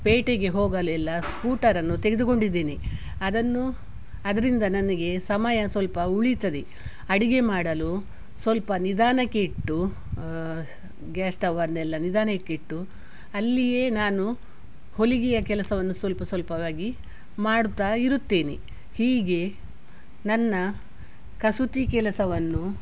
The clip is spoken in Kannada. ಪೇಟೆಗೆ ಹೋಗಲೆಲ್ಲ ಸ್ಕೂಟರನ್ನು ತೆಗೆದುಕೊಂಡಿದ್ದೇನೆ ಅದನ್ನು ಅದರಿಂದ ನನಗೆ ಸಮಯ ಸ್ವಲ್ಪ ಉಳಿತದೆ ಅಡಿಗೆ ಮಾಡಲು ಸ್ವಲ್ಪ ನಿಧಾನಕ್ಕೆ ಇಟ್ಟು ಗ್ಯಾಸ್ ಸ್ಟೌವನ್ನೆಲ್ಲ ನಿಧಾನಕ್ಕಿಟ್ಟು ಅಲ್ಲಿಯೇ ನಾನು ಹೊಲಿಗೆಯ ಕೆಲಸವನ್ನು ಸ್ವಲ್ಪ ಸ್ವಲ್ಪವಾಗಿ ಮಾಡುತ್ತಾ ಇರುತ್ತೇನೆ ಹೀಗೆ ನನ್ನ ಕಸೂತಿ ಕೆಲಸವನ್ನು